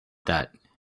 that